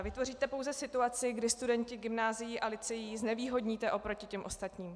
Vytvoříte pouze situaci, kdy studenty gymnázií a lyceí znevýhodníte oproti těm ostatním.